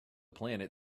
planet